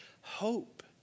hope